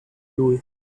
lui